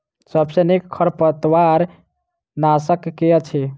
सबसँ नीक खरपतवार नाशक केँ अछि?